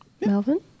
Melvin